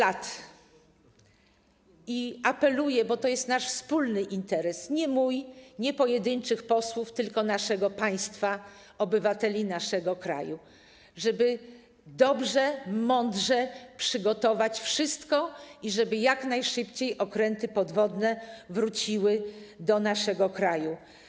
Apeluję, bo to jest nasz wspólny interes, nie mój, nie pojedynczych posłów, tylko naszego państwa, obywateli naszego kraju, żeby dobrze, mądrze wszystko przygotować i żeby jak najszybciej okręty podwodne wróciły do naszego kraju.